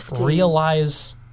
realize